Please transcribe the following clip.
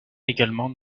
également